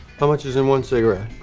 how much is in one cigarette?